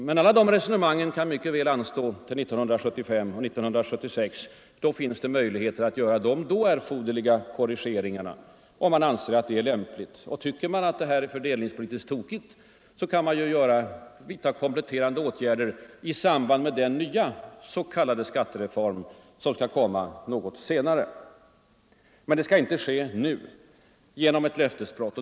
Men alla de resonemangen kan mycket väl anstå till 1975 och 1976. Då finns det möjlighet att göra erforderliga korrigeringar, om man anser att det är lämpligt. Och tycker man att fördelningssystemet är tokigt, kan man vidta kompletterande åtgärder i samband med den nya s.k. skattereform som skall komma något senare. Men det skall inte ske nu genom ett löftesbrott.